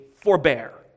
forbear